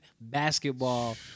basketball